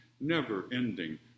never-ending